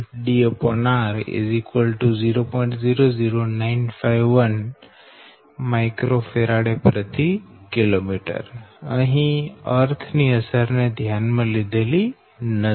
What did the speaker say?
00951 µFkm અહી અર્થ ની અસર ને ધ્યાનમાં લીધેલી નથી